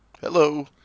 Hello